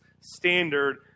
standard